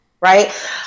right